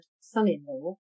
son-in-law